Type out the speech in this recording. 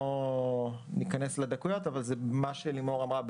לא ניכנס לדקויות אבל זה מה שלימור אמרה,